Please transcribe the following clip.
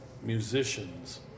musicians